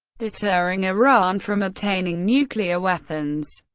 deterring iran from obtaining nuclear weapons